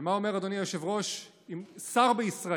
ומה אומר, אדוני היושב-ראש, אם שר בישראל